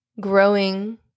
growing